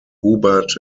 hubert